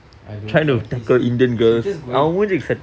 I don't know lah he's he he just going